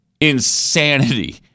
insanity